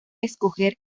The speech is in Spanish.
escoger